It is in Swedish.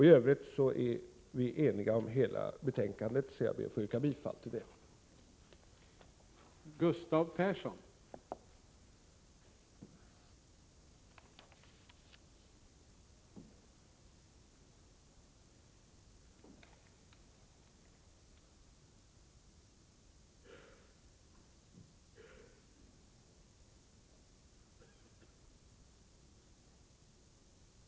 I övrigt är vi eniga om hela betänkandet, så jag ber att få yrka bifall till utskottets hemställan.